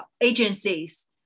agencies